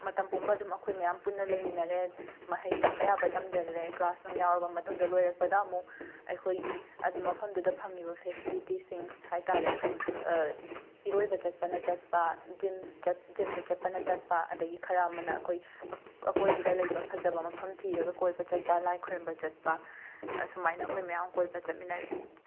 ꯃꯇꯝ ꯄꯨꯝꯕ ꯑꯗꯨꯝ ꯑꯩꯈꯣꯏ ꯃꯌꯥꯝ ꯄꯨꯟꯅ ꯂꯩꯃꯤꯟꯅꯔꯦ ꯃꯍꯩ ꯇꯝꯕ ꯌꯥꯕ ꯇꯝꯁꯤꯜꯂꯦ ꯀ꯭ꯂꯥꯁ ꯅꯨꯡ ꯌꯥꯎꯔꯕ ꯃꯇꯨꯡꯗ ꯂꯣꯏꯔꯛꯄꯗ ꯑꯃꯨꯛ ꯑꯩꯈꯣꯏꯒꯤ ꯑꯠ ꯃꯐꯝꯗꯨꯗ ꯐꯪꯉꯤꯕ ꯐꯦꯁꯤꯂꯤꯇꯤꯁꯤꯡꯁ ꯍꯥꯏ ꯇꯥꯔꯦ ꯑꯗꯨ ꯏꯔꯣꯏꯕ ꯆꯠꯄꯅ ꯆꯠꯄ ꯖꯤꯝꯁ ꯆꯠ ꯖꯤꯝꯗ ꯆꯠꯄꯅ ꯆꯠꯄ ꯑꯗꯒꯤ ꯈꯔ ꯑꯃꯅ ꯑꯩꯈꯣꯏ ꯑꯛ ꯑꯀꯣꯏꯕꯗ ꯂꯩꯕ ꯐꯖꯕ ꯃꯐꯝ ꯊꯤꯔꯒ ꯀꯣꯏꯕ ꯆꯠꯄ ꯂꯥꯏ ꯈꯣꯏꯔꯝꯕ ꯆꯠꯄ ꯑꯁꯨꯃꯥꯏꯅ ꯑꯩꯈꯣꯏ ꯃꯌꯥꯝ ꯀꯣꯏꯕ ꯆꯠꯃꯤꯟꯅꯔꯛꯑꯦ